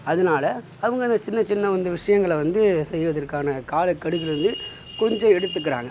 அதனால அவங்க அந்த சின்ன சின்ன வந்து விஷயங்கள வந்து செய்வதற்கான காலக்கெடுங்கிறது வந்து கொஞ்சம் எடுத்துக்கிறாங்க